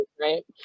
right